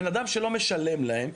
בן אדם שלא משלם להם,